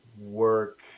work